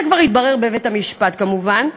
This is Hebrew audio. זה כבר יתברר בבית-המשפט, כמובן.